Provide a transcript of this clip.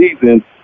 season